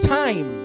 time